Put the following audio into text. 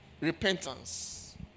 repentance